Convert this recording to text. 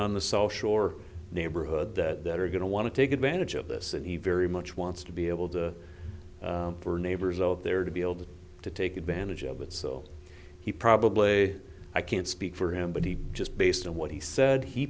on the sole shore neighborhood that are going to want to take advantage of this and he very much wants to be able to neighbors over there to be able to take advantage of it so he probably i can't speak for him but he just based on what he said he